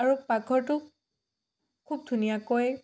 আৰু পাকঘৰটো খুব ধুনীয়াকৈ